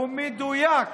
זה לא נכון, אדוני.